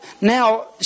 now